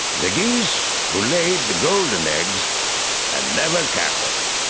the geese who laid the golden eggs and never cackled.